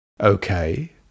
Okay